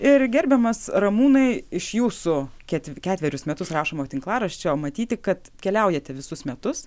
ir gerbiamas ramūnai iš jūsų ket ketverius metus rašomo tinklaraščio matyti kad keliaujate visus metus